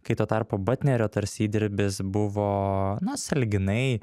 kai tuo tarpu batnerio tarsi įdirbis buvo na salyginai